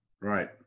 Right